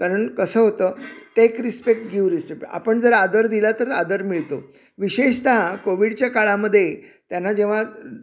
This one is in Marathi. कारण कसं होतं टेक रिस्पेक्ट गिव रिस्पेक्ट आपण जर आदर दिला तर आदर मिळतो विशेषतः कोविडच्या काळामध्ये त्यांना जेव्हा